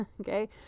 okay